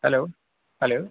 hello hello